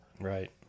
right